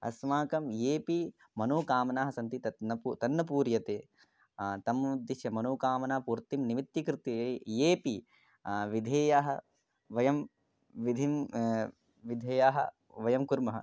अस्माकं येऽपि मनोकामनाः सन्ति तत् न पु तन्नपूर्यते तम् उद्दिश्य मनोकामनापूर्तिं निमित्तीकृत्य ये येऽपि विधेयाः वयं विधिं विधेयाः वयं कुर्मः